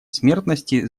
смертности